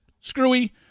screwy